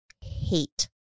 hate